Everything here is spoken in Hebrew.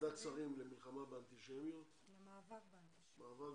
שרים למאבק באנטישמיות,